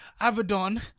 Abaddon